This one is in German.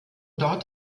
dort